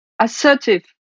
assertive